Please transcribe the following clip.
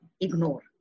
ignore